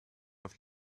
auf